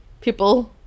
people